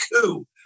coup